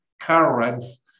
currents